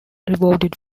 rewarded